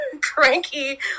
cranky